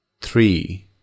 three